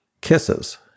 kisses